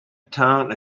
turn